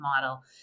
model